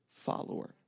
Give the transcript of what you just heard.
follower